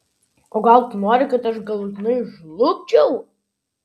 o gal tu nori kad aš galutinai žlugčiau